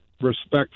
respect